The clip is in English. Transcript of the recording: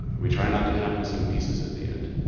we try not to have missing pieces at the end.